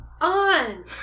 on